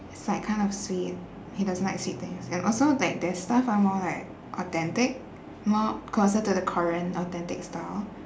it's like kind of sweet he doesn't like sweet things and also like their stuff are more like authentic more closer to the korean authentic style